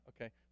Okay